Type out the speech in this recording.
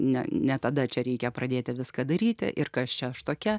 ne ne tada čia reikia pradėti viską daryti ir kas čia aš tokia